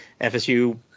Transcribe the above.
FSU